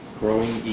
growing